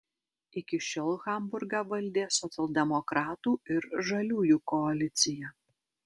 iki šiol hamburgą valdė socialdemokratų ir žaliųjų koalicija